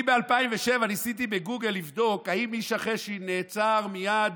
אני ב-2007 ניסיתי בגוגל לבדוק אם מישאל חשין נעצר מייד,